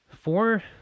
four